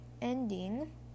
ending